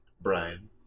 Brian